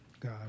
God